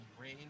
rain